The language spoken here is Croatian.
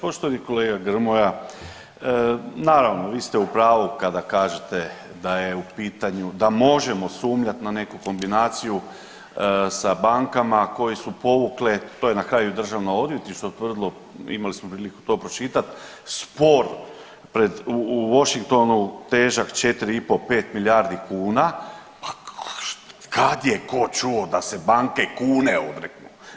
Poštovani kolega Grmoja, naravno vi ste u pravu kada kažete da je u pitanju, da možemo sumnjati na neku kombinaciju sa bankama koje su povukle, to je na kraju i Državno odvjetništvo utvrdilo imali smo priliku to pročitati, spor pred, u Washingtonu težak 4,5-5 milijardi kuna, pa kad je tko čuo da se banke kune odreknu.